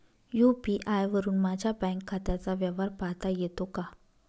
UPI वरुन माझ्या bank खात्याचा व्यवहार पाहता येतो का?